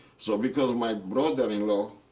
so because my brother-in-law,